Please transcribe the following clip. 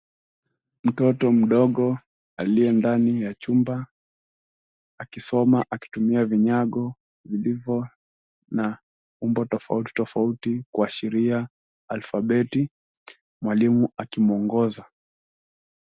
Mtoto mdogo aliye ndani ya chumba akisoma akitumia vinyago vilivyo na umbo tofauti tofauti kuashiria alfabeti mwalimu akimwongoza.